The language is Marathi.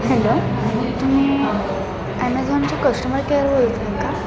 हॅलो तुम्ही ॲमेझॉनचे कस्टमर केअर बोलताय का